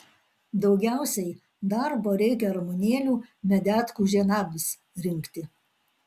daugiausiai darbo reikia ramunėlių medetkų žiedams rinkti